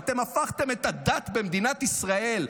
אתם הפכתם את הדת במדינת ישראל,